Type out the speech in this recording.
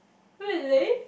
really